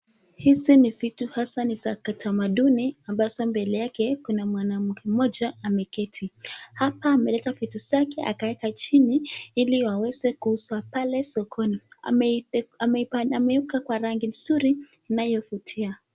Vitu hasa ni za kitamanduni ambazo mbele yake kuna mwanamke mmoja ameketi. Hapa ameweka vitu zake chini ili aweze kuuza pale sokoni. Ameweka kwa rangi nzuri inayovutia.